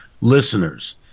listeners